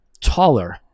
taller